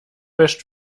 wäscht